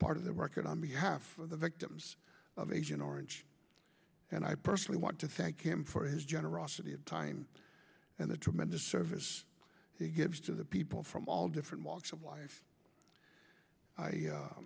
part of the record on behalf of the victims of agent orange and i personally i want to thank him for his generosity of time and the tremendous service he gives to the people from all different walks of life